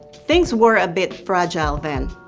things were a bit fragile then.